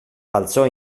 balzò